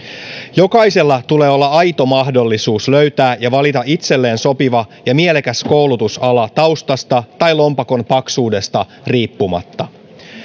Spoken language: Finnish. jokaisella tulee olla aito mahdollisuus löytää ja valita itselleen sopiva ja mielekäs koulutusala taustasta tai lompakon paksuudesta riippumatta